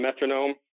metronome